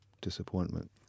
disappointment